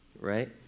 right